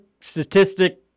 statistic